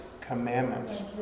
commandments